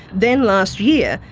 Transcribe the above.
then last year,